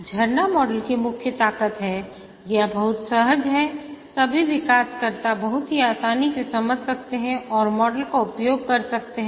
झरना मॉडल की मुख्य ताकत है यह बहुत सहज है सभी विकासकर्ता बहुत ही आसानी से समझ सकते है और मॉडल का उपयोग कर सकते है